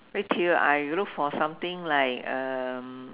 wait till I look for something like um